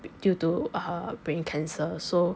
due to err brain cancer so